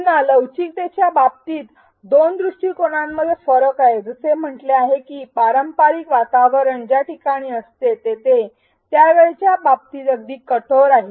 पुन्हा लवचिकतेच्या बाबतीत दोन दृष्टिकोनांमध्ये फरक आहे जसे आम्ही म्हटले आहे की पारंपारिक वातावरण ज्या ठिकाणी असते तेथे आणि त्या वेळेच्या बाबतीत अगदी कठोर आहे